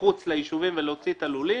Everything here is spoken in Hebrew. מחוץ ליישובים ולהוציא את הלולים: